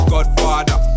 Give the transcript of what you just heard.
Godfather